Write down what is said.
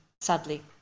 sadly